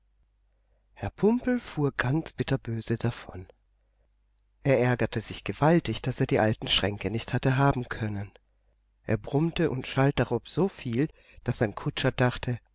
herr pumpel fuhr ganz bitterböse davon er ärgerte sich gewaltig daß er die alten schränke nicht hatte haben können er brummte und schalt darob so viel daß sein kutscher dachte